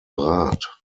rat